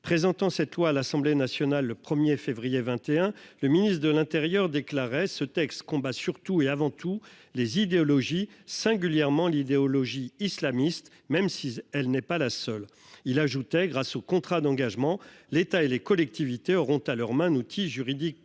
présentant cette loi à l'Assemblée nationale, le 1er février 21. Le ministre de l'Intérieur déclarait ce texte combat surtout et avant tout les idéologies singulièrement l'idéologie islamiste, même si elle n'est pas la seule. Il ajoutait grâce au contrat d'engagement, l'État et les collectivités auront à leur main un outil juridique